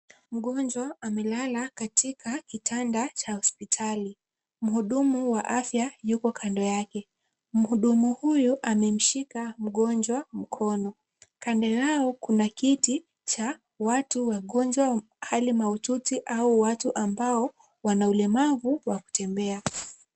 Mgonjwa amelala katika kitanda cha hospitali. Mhudumu wa afya yupo kando yake. Mhudumu huyu amemshika mgonjwa mkono. Kando yao kuna kiti cha watu wagonjwa hali mahututi au watu ambao wana ulemavu wa kutembea.